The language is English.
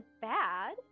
bad